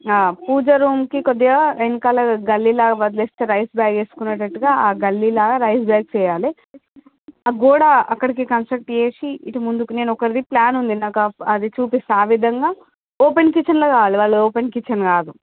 పూజ రూమ్కి కొద్దిగా వెనకాల గల్లీలాగ వదిలేస్తే రైస్ బ్యాగ్స్ వెసుకునేటట్టుగా ఆ గల్లీలా రైస్ బ్యాగ్స్ వేయాలే ఆ గోడ అక్కడికి కన్స్ట్రక్ట్ చేసి ఇటు ముందుకి నేనొకరిది ప్లాన్ ఉంది నాక అది చూపిస్తా ఆ విధంగా ఓపెన్ కిచన్లే కావలే వాళ్ళది ఓపెన్ కిచెన్ కాదు